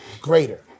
greater